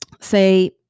say